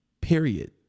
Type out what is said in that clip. period